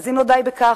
אם לא די בכך,